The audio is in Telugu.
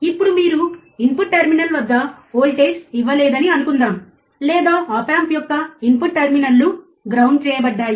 ఇప్పుడు మీరు ఇన్పుట్ టెర్మినల్ వద్ద వోల్టేజ్ ఇవ్వలేదని అనుకుందాం లేదా ఆప్ ఆంప్ ఈ యొక్క ఇన్పుట్ టెర్మినల్ లు గ్రౌండ్ చేయబడ్డాయి